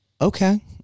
Okay